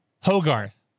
Hogarth